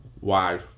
Wow